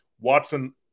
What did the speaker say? Watson